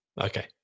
Okay